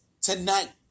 Tonight